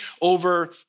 over